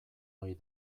ohi